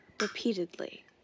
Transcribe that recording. repeatedly